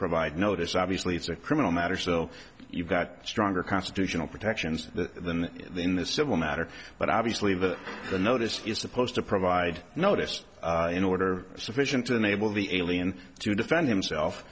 provide notice obviously it's a criminal matter so you've got stronger constitutional protections than in the civil matter but obviously that the notice is supposed to provide noticed in order sufficient to enable the alien to defend himself